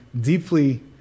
deeply